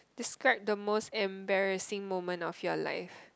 describe the most embarrassing moment of your life